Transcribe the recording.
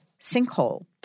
sinkhole